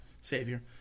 Savior